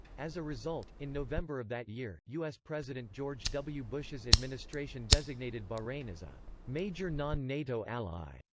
as a result, in november of that year, us president george w. bush's administration designated bahrain as a major non-nato ally.